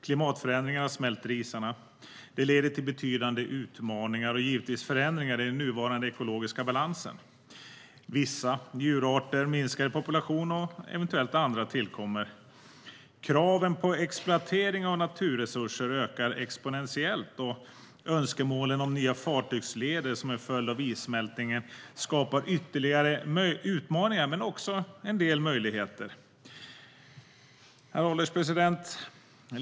Klimatförändringarna leder till att isarna smälter, vilket leder till betydande utmaningar och givetvis förändringar i den nuvarande ekologiska balansen. Vissa djurarter minskar i population, och eventuellt andra tillkommer. Kraven på exploatering av naturresurser ökar exponentiellt, och önskemålen om nya fartygsleder som en följd av issmältningen skapar ytterligare utmaningar men också en del möjligheter. Herr ålderspresident!